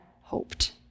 hoped